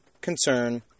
concern